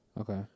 Okay